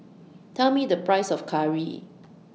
Tell Me The Price of Curry